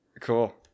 Cool